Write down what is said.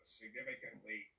significantly